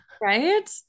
Right